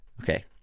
Okay